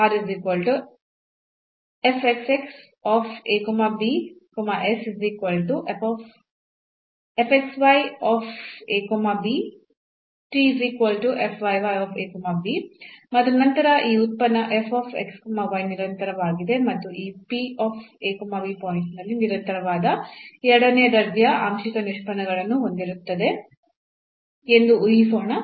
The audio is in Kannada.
ಮತ್ತು ನಂತರ ಈ ಉತ್ಪನ್ನ ನಿರಂತರವಾಗಿದೆ ಮತ್ತು ಈ ಪಾಯಿಂಟ್ ನಲ್ಲಿ ನಿರಂತರವಾದ ಎರಡನೇ ದರ್ಜೆಯ ಆಂಶಿಕ ನಿಷ್ಪನ್ನಗಳನ್ನು ಹೊಂದಿರುತ್ತದೆ ಎಂದು ಊಹಿಸೋಣ